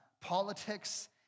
politics